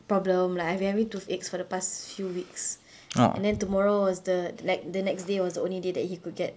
problem like I have been having toothaches for the past few weeks and then tomorrow was the like the next day was the only day that he could get